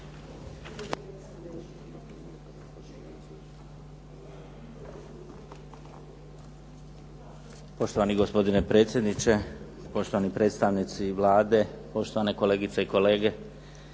Poštovani gospodine predsjedniče, poštovani predstavnici Vlade, poštovane kolegice i kolege.